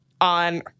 on